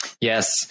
Yes